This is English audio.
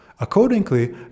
Accordingly